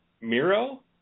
Miro